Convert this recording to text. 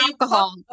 alcohol